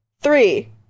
Three